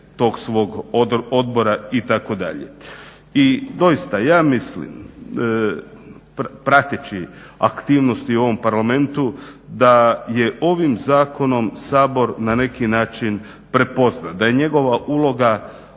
tog svog odbora itd. I doista, ja mislim prateći aktivnosti u ovom parlamentu da je ovim zakonom Sabor na neki način prepoznat, da je njegova uloga